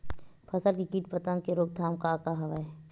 फसल के कीट पतंग के रोकथाम का का हवय?